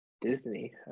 Disney